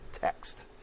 text